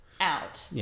out